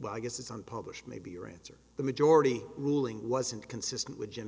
well i guess it's unpublished maybe your answer the majority ruling wasn't consistent with him